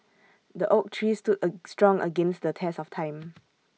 the oak tree stood A strong against the test of time